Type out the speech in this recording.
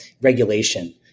regulation